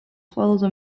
ყველაზე